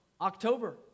October